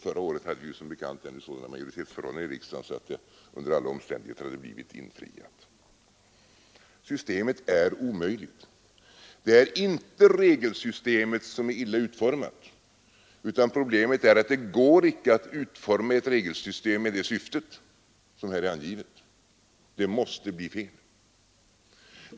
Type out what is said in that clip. Förra året hade vi som bekant ännu sådana majoritetsförhållanden i riksdagen att det under alla omständigheter hade blivit infriat. Systemet är omöjligt. Det är inte regelsystemet som är illa utformat, utan problemet är att det inte går att utforma ett regelsystem med det angivna syftet. Det måste bli fel!